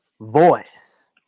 voice